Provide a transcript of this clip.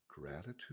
Gratitude